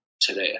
today